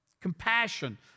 compassion